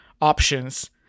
options